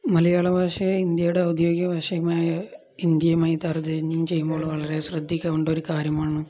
മലയാള ഭാഷയെ ഇന്ത്യയുടെ ഔദ്യോഗിക ഭാഷയുമായി ഹിന്ദിയുമായി താരതമ്യം ചെയ്യുമ്പോൾ വളരെ ശ്രദ്ധിക്കേണ്ടൊരു കാര്യമാണ്